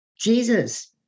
Jesus